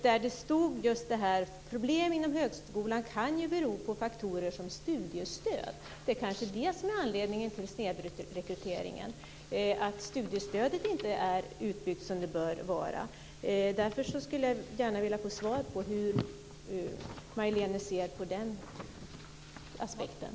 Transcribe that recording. Det står där: Problem inom högskolan kan ju bero på faktorer som studiestöd. Kanske är anledningen till snedrekryteringen att studiestödet inte är utbyggt så som det bör vara. Därför skulle jag gärna vilja ha svar på frågan om hur Majléne Westerlund Panke ser på den aspekten.